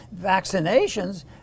vaccinations